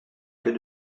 que